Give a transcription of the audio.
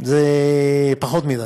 זה מעט מדי.